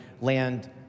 land